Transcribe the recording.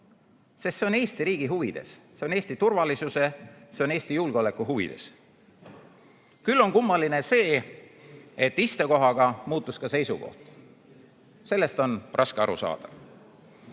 sest see on Eesti riigi huvides. See on Eesti turvalisuse, see on Eesti julgeoleku huvides. Küll on kummaline see, et istekohaga muutus ka seisukoht. Sellest on raske aru saada.